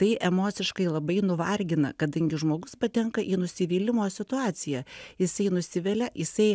tai emociškai labai nuvargina kadangi žmogus patenka į nusivylimo situaciją jisai nusivilia jisai